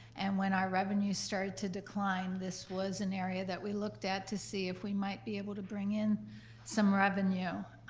and when our revenue started to decline, this was an area that we looked at to see if we might be able to bring in some revenue.